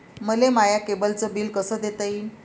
मले माया केबलचं बिल कस देता येईन?